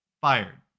fired